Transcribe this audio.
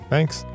Thanks